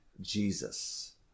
Jesus